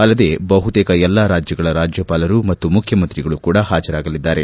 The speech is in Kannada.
ಅಲ್ಲದೆ ಬಹುತೇಕ ಎಲ್ಲಾ ರಾಜ್ಯಗಳ ರಾಜ್ಯಪಾಲರೂ ಮತ್ತು ಮುಖ್ಯಮಂತ್ರಿಗಳೂ ಕೂಡ ಹಾಜರಾಗಲಿದ್ದಾರೆ